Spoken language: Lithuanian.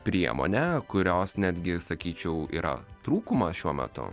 priemonę kurios netgi sakyčiau yra trūkumas šiuo metu